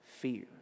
fear